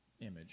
image